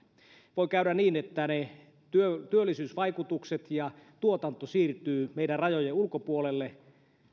voi käydä niin että ne työllisyysvaikutukset ja tuotanto siirtyvät meidän rajojen ulkopuolelle